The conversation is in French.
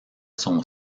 son